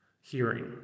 hearing